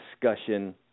discussion